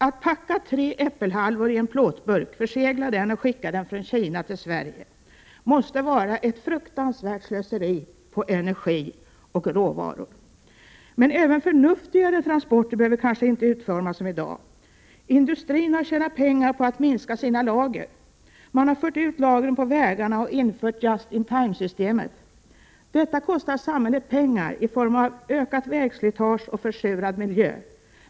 Att packa tre äppelhalvor i en plåtburk, försegla den och skicka den från Kina till Sverige måste vara ett fruktansvärt slöseri med energi och råvaror. Men även förnuftigare transporter behöver kanske inte vara utformade som i dag. Industrin har tjänat pengar på att minska sina lager. Man har fört ut lagren på vägarna och infört just-in-time-systemet. Detta kostar samhället pengar i form av ökat vägslitage och försurad miljö.